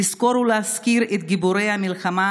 לזכור ולהזכיר את גיבורי המלחמה,